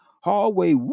hallway